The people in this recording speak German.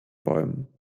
bäumen